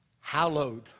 Hallowed